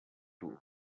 too